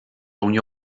unió